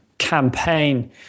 campaign